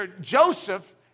Joseph